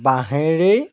বাঁহেৰেই